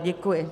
Děkuji.